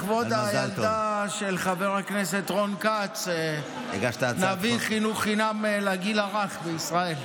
לכבוד הילדה של חבר הכנסת רון כץ נביא חינוך חינם לגיל הרך בישראל.